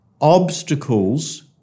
obstacles